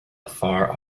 afar